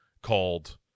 called